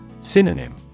Synonym